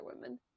women